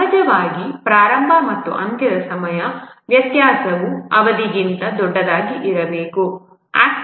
ಸಹಜವಾಗಿ ಪ್ರಾರಂಭ ಮತ್ತು ಅಂತ್ಯದ ಸಮಯದ ವ್ಯತ್ಯಾಸವು ಅವಧಿಗಿಂತ ದೊಡ್ಡದಾಗಿ ಇರಬೇಕು